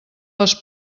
les